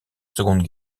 seconde